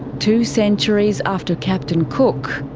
two centuries after captain cook,